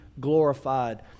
glorified